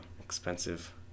expensive